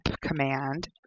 command